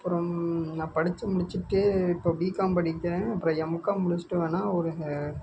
அப்புறம் நான் படிச்சு முடிச்சிவிட்டு இப்போ பிகாம் படிக்கிறேன் அப்புறம் எம்காம் முடிச்சிவிட்டு வேணா ஒரு